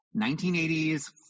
1980s